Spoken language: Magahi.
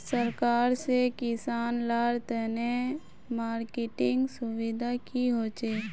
सरकार से किसान लार तने मार्केटिंग सुविधा की होचे?